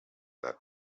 that